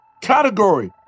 category